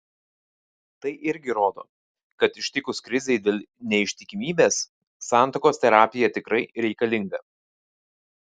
tai irgi rodo kad ištikus krizei dėl neištikimybės santuokos terapija tikrai reikalinga